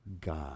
God